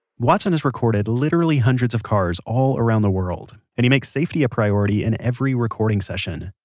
watson has recorded literally hundreds of cars all around the world. and he makes safety a priority in every recording session.